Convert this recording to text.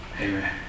Amen